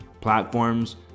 platforms